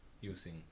using